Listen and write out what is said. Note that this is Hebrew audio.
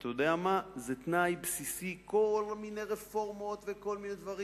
זה תנאי בסיסי, כל מיני רפורמות וכל מיני דברים,